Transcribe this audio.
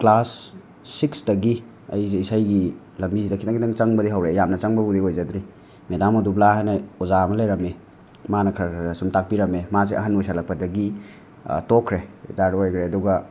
class ꯁꯤꯛꯁꯇꯒꯤ ꯑꯩꯁꯤ ꯏꯁꯩꯒꯤ ꯂꯝꯕꯤꯁꯤꯗ ꯈꯤꯇꯪ ꯈꯤꯇꯪ ꯆꯪꯕꯗꯤ ꯍꯧꯔꯛꯑꯦ ꯌꯥꯝꯅ ꯆꯪꯕꯕꯨꯗꯤ ꯑꯣꯏꯖꯗ꯭ꯔꯤ ꯃꯦꯗꯥꯝ ꯃꯣꯗꯨꯕꯂꯥ ꯍꯥꯏꯅ ꯑꯣꯖꯥ ꯑꯃ ꯂꯩꯔꯝꯃꯤ ꯃꯥꯅ ꯈꯔ ꯈꯔ ꯁꯨꯝ ꯇꯥꯛꯄꯤꯔꯝꯃꯦ ꯃꯥꯁꯦ ꯑꯍꯟ ꯑꯣꯏꯁꯜꯂꯛꯄꯗꯒꯤ ꯇꯣꯛꯈ꯭ꯔꯦ ꯔꯤꯇꯥꯏꯔꯠ ꯑꯣꯏꯈ꯭ꯔꯦ ꯑꯗꯨꯒ